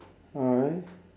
alright